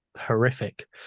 horrific